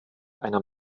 einer